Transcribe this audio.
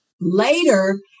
Later